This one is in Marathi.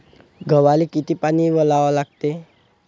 गव्हाले किती पानी वलवा लागते?